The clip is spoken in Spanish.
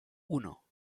uno